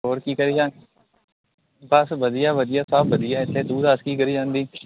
ਹੋਰ ਕੀ ਕਰੀ ਜਾ ਬਸ ਵਧੀਆ ਵਧੀਆ ਸਭ ਵਧੀਆ ਇੱਥੇ ਤੂੰ ਦੱਸ ਕੀ ਕਰੀ ਜਾਂਦੀ